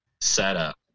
setup